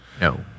No